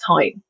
time